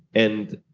and